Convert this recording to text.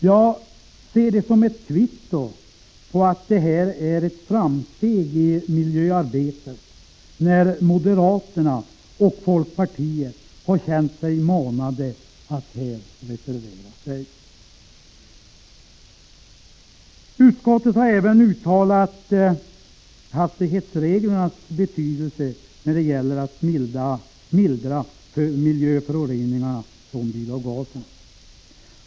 Jag ser det som ett kvitto på ett framsteg i miljöarbetet, när moderaterna och folkpartiet har känt sig manade att reservera sig. Utskottet har även uttalat sig om hastighetsreglernas betydelse när det gäller att mildra miljöföroreningarna från bilavgaserna.